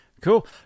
Cool